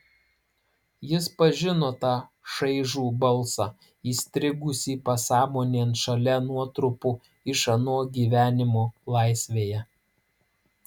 jis pažino tą šaižų balsą įstrigusį pasąmonėn šalia nuotrupų iš ano gyvenimo laisvėje